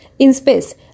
InSpace